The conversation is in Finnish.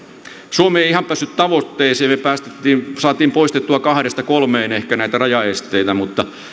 suomi ei ihan päässyt tavoitteeseen me saimme poistettua kahdesta kolmeen ehkä näitä rajaesteitä mutta